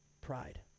Pride